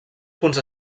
punts